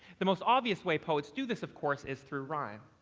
the most obvious way poets do this, of course, is through rhyme.